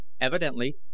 evidently